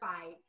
fight